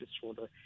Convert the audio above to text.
disorder